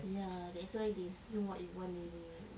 ya that's why they s~ know what you want already mm